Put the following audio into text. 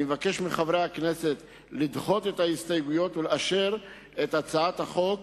אני מבקש מחברי הכנסת לדחות את ההסתייגויות ולאשר את הצעת החוק